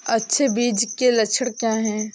अच्छे बीज के लक्षण क्या हैं?